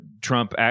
Trump